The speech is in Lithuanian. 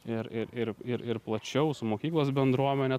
ir ir ir ir ir plačiau su mokyklos bendruomene